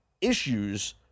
issues